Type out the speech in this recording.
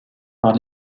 par